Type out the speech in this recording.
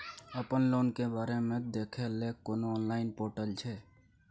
अपन लोन के बारे मे देखै लय कोनो ऑनलाइन र्पोटल छै?